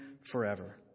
forever